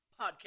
podcast